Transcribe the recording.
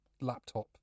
laptop